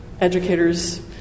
educators